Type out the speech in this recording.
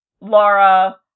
Laura